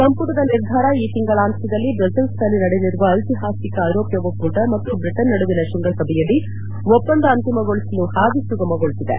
ಸಂಪುಟದ ನಿರ್ಧಾರ ಈ ತಿಂಗಳಾಂತ್ಯದಲ್ಲಿ ಬ್ರುಸೆಲ್ಸ್ನಲ್ಲಿ ನಡೆಯಲಿರುವ ಐತಿಹಾಸಿಕ ಐರೋಪ್ಯ ಒಕ್ಕೂಟ ಮತ್ತು ಬ್ರಿಟನ್ ನಡುವಿನ ಶೃಂಗಸಭೆಯಲ್ಲಿ ಒಪ್ಪಂದ ಅಂತಿಮಗೊಳಿಸಲು ಹಾದಿ ಸುಗಮಗೊಳಿಸಿದೆ